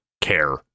care